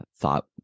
thought